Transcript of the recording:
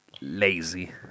lazy